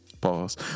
Pause